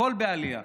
הכול בעלייה.